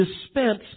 dispense